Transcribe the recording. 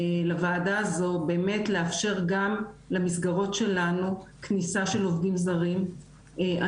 לוועדה הזו באמת לאפשר גם למסגרות שלנו כניסה של עובדים זרים,